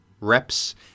reps